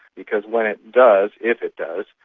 because when it does, if it does,